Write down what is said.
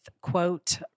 quote